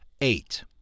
Eight